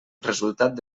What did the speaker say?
resultat